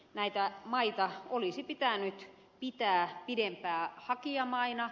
näitä maita olisi pitänyt pitää pidempään hakijamaina